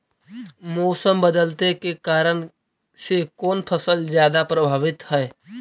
मोसम बदलते के कारन से कोन फसल ज्यादा प्रभाबीत हय?